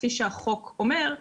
כפי שהחוק אומר,